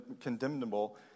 condemnable